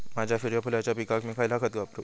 माझ्या सूर्यफुलाच्या पिकाक मी खयला खत वापरू?